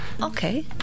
Okay